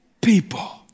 people